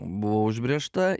buvo užbrėžta